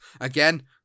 again